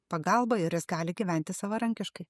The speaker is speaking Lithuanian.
pagalbą ir jis gali gyventi savarankiškai